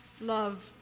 Love